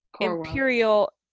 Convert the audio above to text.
imperial